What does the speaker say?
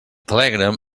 telegram